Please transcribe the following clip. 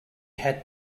had